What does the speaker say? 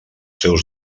seus